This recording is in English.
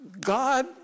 God